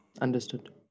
Understood